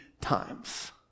times